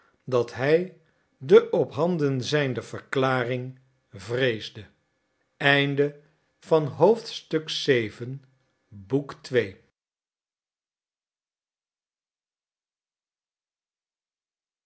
dat hij de ophanden zijnde verklaring vreesde